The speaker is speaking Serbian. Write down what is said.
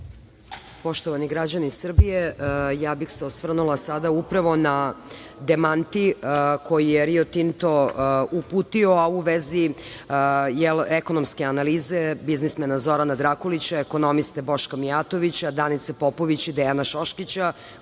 Poštovani građani Srbije, ja bih se osvrnula sada upravo na demanti koji je Rio Tinto uputio a u vezi ekonomske analize biznismena Zorana Drakulića, ekonomiste Boška Mijatovića, Danice Popović i Dejana Šoškića,